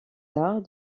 arts